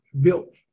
built